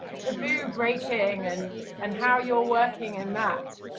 taboo breaking, and and how you're working in that?